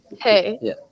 Hey